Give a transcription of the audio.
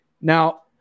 Now